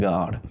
God